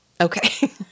Okay